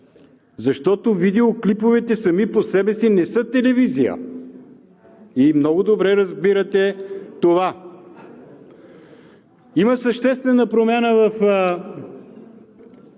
защото видеоклиповете сами по себе си не са телевизия и много добре разбирате това. Има съществена промяна в